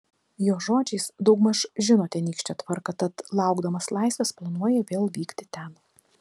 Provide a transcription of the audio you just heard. jo žodžiais daugmaž žino tenykštę tvarką tad laukdamas laisvės planuoja vėl vykti ten